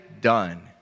done